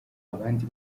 abandi